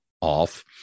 off